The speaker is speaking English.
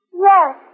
Yes